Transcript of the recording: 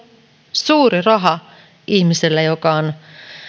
suuri raha ihmiselle joka on